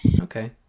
Okay